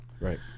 Right